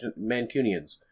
Mancunians